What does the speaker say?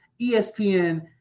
ESPN